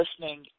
listening